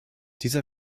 dieser